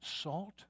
salt